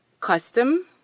custom